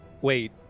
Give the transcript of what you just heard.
Wait